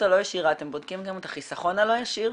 הלא ישירה אתם בודקים גם את החיסכון הלא ישיר?